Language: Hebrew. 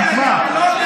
אתה רק